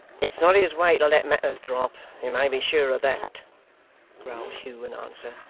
it's not his way to let matters drop, you may be sure of that growled hugh in answer.